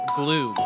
glue